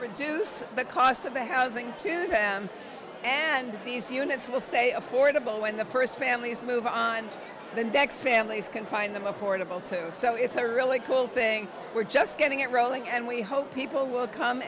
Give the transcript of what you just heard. reduce the cost of the housing to them and these units will stay affordable when the first families move on the next families can find them affordable too so it's a really cool thing we're just getting it rolling and we hope people will come